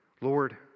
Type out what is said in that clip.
Lord